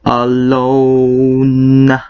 alone